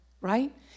right